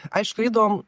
aišku eidavom